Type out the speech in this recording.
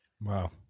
Wow